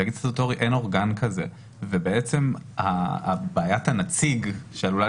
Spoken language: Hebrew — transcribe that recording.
לתאגיד סטטוטורי אין אורגן כזה ובעצם בעיית הנציג שעלולה